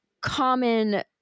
common